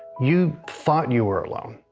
you thought you were alone